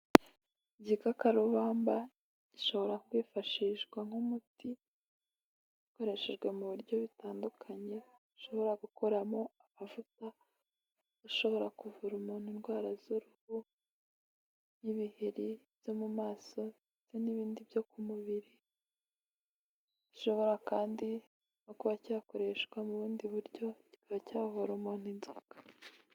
Igikakarubamba gishobora kwifashishwa nk'umuti ukoreshejwe mu buryo butandukanye. Gishobora gukoramo amavuta, gishobora kuvura umuntu indwara z'uruhu, n'ibiheri byo mu maso ndetse n'ibindi byo ku mubiri. Gishobora kandi no kuba cyakoreshwa mu bundi buryo, kikaba cyavura umuntu inzoka.